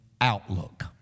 outlook